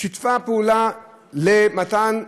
שיתפה פעולה בפרויקט